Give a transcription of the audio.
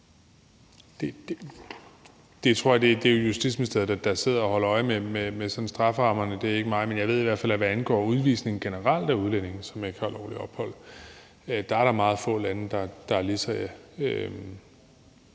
Det er Justitsministeriet, der sidder og holder øje med strafferammerne; det er ikke mig. Men jeg ved i hvert fald, at hvad angår udvisning generelt af udlændinge, som ikke har lovligt ophold, er der meget få lande, der er lige så